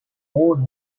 more